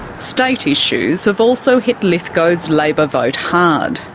state issues have also hit lithgow's labor vote hard.